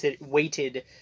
weighted